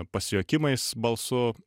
pasijuokimais balsu